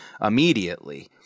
immediately